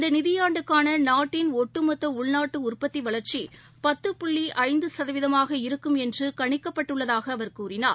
இந்தநிதியாண்டுக்கானநாட்டின் ஒட்டுமொத்தஉள்நாட்டுஉற்பத்திவளா்ச்சி பத்து புள்ளிஐந்துசதவீதமாக இருக்கும் என்றுகணிக்கப்பட்டுள்ளதாகஅவர் கூறினார்